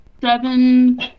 seven